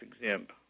exempt